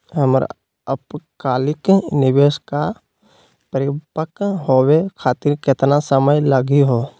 हमर अल्पकालिक निवेस क परिपक्व होवे खातिर केतना समय लगही हो?